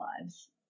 lives